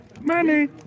Money